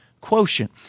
Quotient